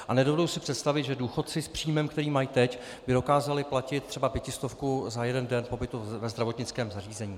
A nedovedu si představit, že by důchodci s příjmem, který mají teď, dokázali platit třeba pětistovku za jeden den pobytu ve zdravotnickém zařízení.